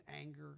anger